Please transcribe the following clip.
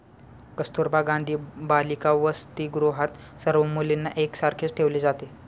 कस्तुरबा गांधी बालिका वसतिगृहात सर्व मुलींना एक सारखेच ठेवले जाते